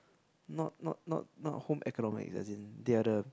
not not not not home economics as in they are the